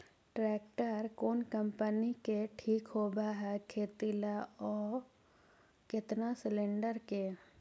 Tractor कोन company के ठीक होब है खेती ल औ केतना सलेणडर के?